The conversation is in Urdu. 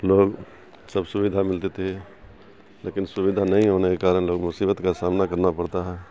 لوگ سب سویدھا ملتی تھی لیکن سویدھا نہیں ہونے کے کارن لوگ مصیبت کا سامنا کرنا پڑتا ہے